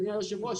אדוני היושב-ראש,